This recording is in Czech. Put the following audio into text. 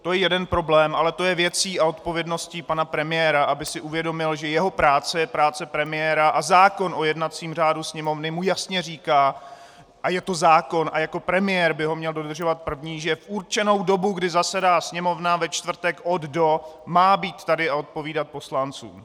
To je jeden problém, ale to je věcí a odpovědností pana premiéra, aby si uvědomil, že jeho práce je práce premiéra a zákon o jednacím řádu Sněmovny mu jasně říká a je to zákon a jako premiér by ho měl dodržovat první , že v určenou dobu, kdy zasedá Sněmovna, ve čtvrtek od do má být tady a odpovídat poslancům.